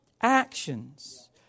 actions